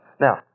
Now